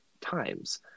times